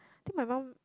think my mum